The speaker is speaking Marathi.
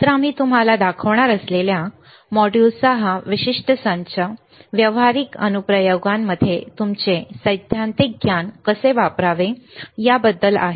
तर आम्ही तुम्हाला दाखवणार असलेल्या मॉड्यूल्सचा हा विशिष्ट संच व्यावहारिक अनुप्रयोगांमध्ये तुमचे सैद्धांतिक ज्ञान कसे वापरावे याबद्दल आहे